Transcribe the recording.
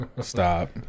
stop